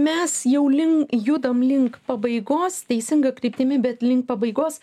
mes jau lin judam link pabaigos teisinga kryptimi bet link pabaigos